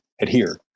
adhere